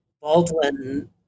baldwin